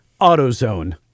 AutoZone